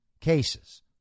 cases